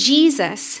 Jesus